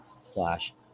slash